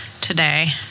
today